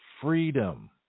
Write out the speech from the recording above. freedom